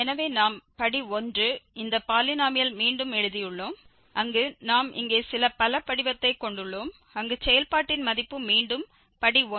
எனவே நாம் படி 1 இந்த பாலினோமியல் மீண்டும் எழுதியுள்ளோம் அங்கு நாம் இங்கே சில பலபடிவத்தைக் கொண்டுள்ளோம் அங்கு செயல்பாட்டின் மதிப்பு மீண்டும் படி 1 மற்றும் பின்னர் f